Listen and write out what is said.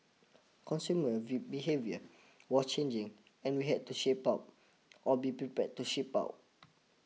consumer V behaviour was changing and we had to shape up or be prepared to ship out